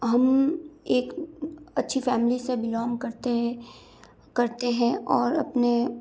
हम एक अच्छी फैमिली से बिलॉन्ग करते हैं करते हैं और अपने